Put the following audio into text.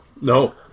No